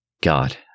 God